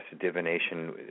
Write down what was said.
divination